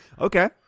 Okay